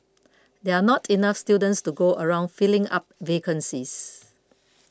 there are not enough students to go around filling up vacancies